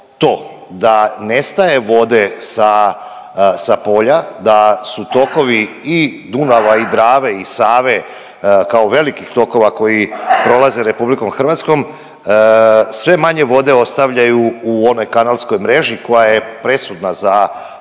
to da nestaje vode sa polja, da su tokovi i Dunava i Drave i Save kao velikih tokova koji prolaze RH sve manje vode ostavljaju u one kanalskoj mreži koja je presudna za